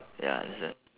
ya understand